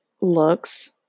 looks